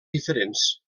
diferents